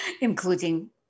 including